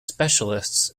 specialists